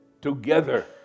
together